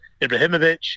Ibrahimovic